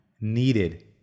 Needed